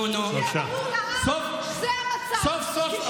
שיהיה ברור לעם שזה המצב.